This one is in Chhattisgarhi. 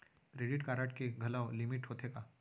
क्रेडिट कारड के घलव लिमिट होथे का?